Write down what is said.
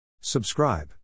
Subscribe